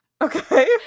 okay